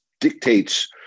dictates